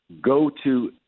go-to